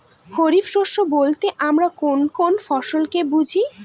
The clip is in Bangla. খরিফ শস্য বলতে আমরা কোন কোন ফসল কে বুঝি?